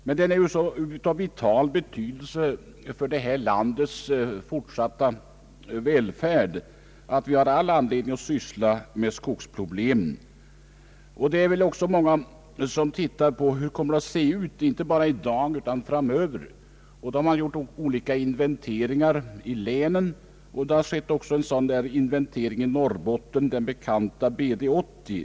Men den är av så vital betydelse för landets fortsatta välfärd att vi har all anledning att syssla med skogsproblemen. Många tittar på hur det kommer att se ut framöver. Man har gjort olika inventeringar i länen. I Norrbotten har man gjort en sådan inventering, den bekanta BD 80.